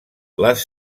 les